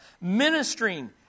ministering